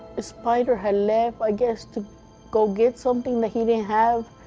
spider had left, i guess, to go get something that he didn't have.